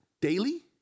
daily